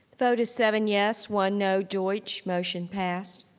vote is seven yes, one no, deutsch, motion passed.